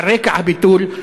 על רקע הביטול,